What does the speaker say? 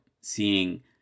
seeing